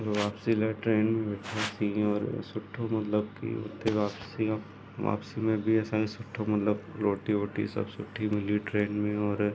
पर वापसी लाइ ट्रेन में वेठासीं और सुठो मतिलबु की हुते वापसी में बि असांखे सुठो मतिलबु रोटी वोटी सभु सुठी मिली हुई ट्रेन में और